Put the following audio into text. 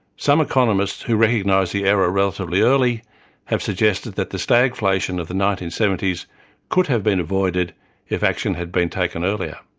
some economists who recognised the error relatively early have suggested that the stagflation of the nineteen seventy s could have been avoided if action had been taken earlier.